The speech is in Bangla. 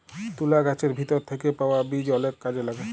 তুলা গাহাচের ভিতর থ্যাইকে পাউয়া বীজ অলেক কাজে ল্যাগে